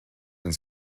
and